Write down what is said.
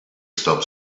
stop